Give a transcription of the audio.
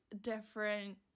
different